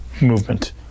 movement